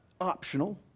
optional